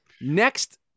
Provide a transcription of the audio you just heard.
next